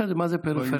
בסדר, מה זה פריפריה?